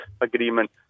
agreement